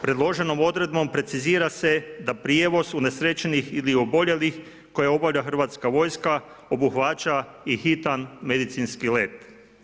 Predloženom odredbom precizira se da prijevoz unesrećenih ili oboljelih koje obavlja hrvatska vojska obuhvaća i hitan medicinski let.